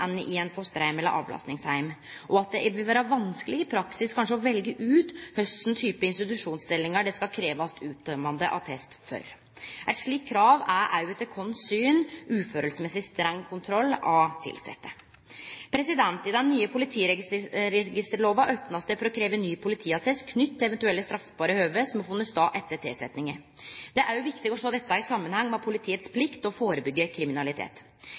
enn i ein fosterheim eller i ein avlastingsheim, og at det vil vere vanskeleg i praksis kanskje å velje ut kva type institusjonsstillingar det skal krevjast uttømmande attest for. Eit slikt krav er òg etter vårt syn uforholdsmessig streng kontroll av tilsette. I den nye politiregisterlova er det opna for å krevje ny politiattest knytt til eventuelle straffbare høve som har funne stad etter tilsetjinga. Det er òg viktig å sjå dette i samanheng med politiets plikt til å førebyggje kriminalitet.